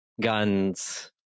guns